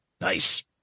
Nice